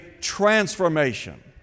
transformation